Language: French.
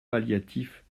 palliatifs